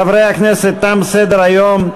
חברי הכנסת, תם סדר-היום.